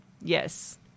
Yes